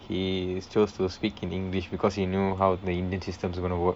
he chose to speak in english because he knew how the indian system is going to work